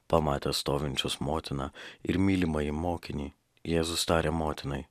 pamatęs stovinčius motiną ir mylimąjį mokinį jėzus tarė motinai